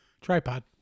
Tripod